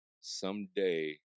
someday